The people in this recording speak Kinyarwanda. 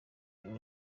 uru